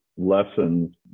lessons